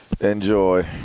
Enjoy